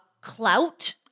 clout